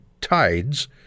tides